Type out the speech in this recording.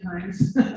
times